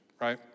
right